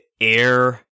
air